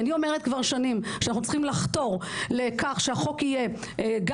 אני אומרת כבר שנים שאנחנו צריכים לחתור לכך שהחוק יהיה גם